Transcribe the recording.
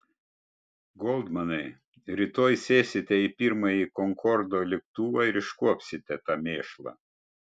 goldmanai rytoj sėsite į pirmąjį konkordo lėktuvą ir iškuopsite tą mėšlą